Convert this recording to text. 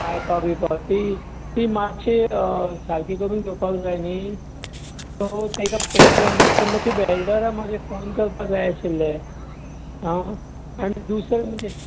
पायपा बीयपा तीं मात्शी सारकी करून घेवपाक जाय नी तेन्ना त्या वेल्डराक मागीर फोन करपाक जा आशिल्लें आं आनी दुसरें